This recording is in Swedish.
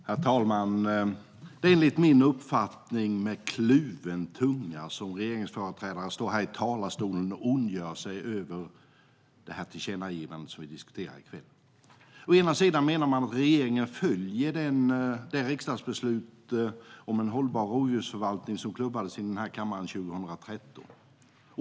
Herr talman! Som jag ser det är det med kluven tunga som regeringsföreträdarna står i talarstolen och ondgör sig över det tillkännagivande som vi diskuterar i kväll. Å ena sidan menar man att regeringen följer det riksdagsbeslut om en hållbar rovdjursförvaltning som klubbades här i kammaren 2013.